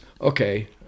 okay